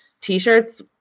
t-shirts